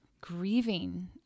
grieving